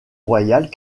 royale